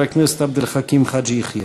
חבר הכנסת עבד אל חכים חאג' יחיא.